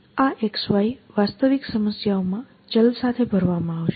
આ XY વાસ્તવિક સમસ્યાઓમાં ચલ સાથે ભરવામાં આવશે